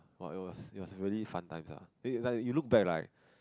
!wah! it was it was really fun times lah like when you look back like